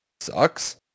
sucks